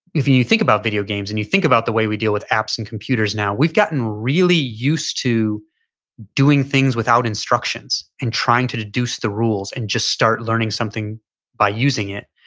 if you you think about video games and you think about the way we deal with apps and computers now we've gotten really used to doing things without instructions and trying to deduce the rules and just start learning something by using it.